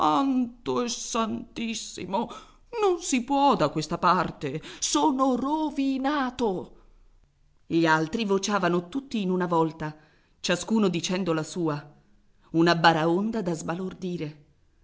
e santissimo non si può da questa parte sono rovinato gli altri vociavano tutti in una volta ciascuno dicendo la sua una baraonda da sbalordire